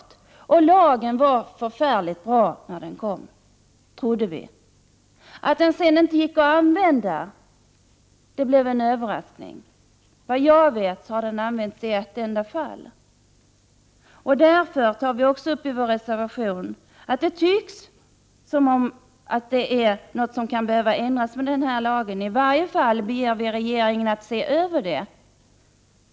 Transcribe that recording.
Vi trodde att lagen var mycket bra när den kom. Det blev en överraskning att den sedan inte gick att använda. Vad jag vet har den använts i ett enda fall. Vi tar därför också upp i vår reservation att den här lagen kan behöva ändras, i varje fall begär vi att regeringen ser över den.